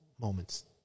moments